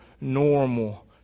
normal